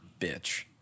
bitch